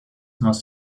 must